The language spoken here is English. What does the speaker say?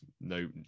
no